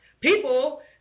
people